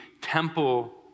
temple